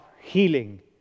healing